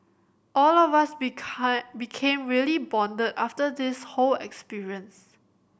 all of us become became really bonded after this whole experience